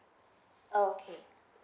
okay